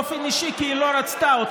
הם לא לגיטימיים, לא לגיטימיים.